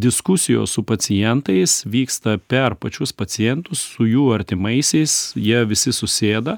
diskusijos su pacientais vyksta per pačius pacientus su jų artimaisiais jie visi susėda